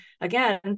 again